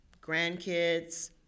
grandkids